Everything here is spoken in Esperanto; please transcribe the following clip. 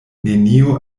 nenio